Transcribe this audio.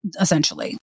essentially